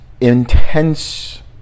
intense